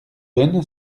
donne